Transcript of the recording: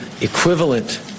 equivalent